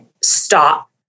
stop